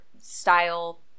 style